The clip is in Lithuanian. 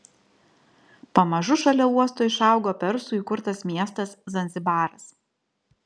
pamažu šalia uosto išaugo persų įkurtas miestas zanzibaras